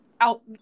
out